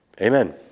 Amen